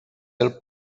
del